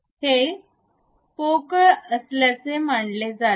हे पोकळ असल्याचे मानले जाते